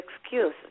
excuse